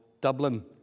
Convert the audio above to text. Dublin